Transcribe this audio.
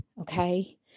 okay